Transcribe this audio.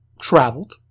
Traveled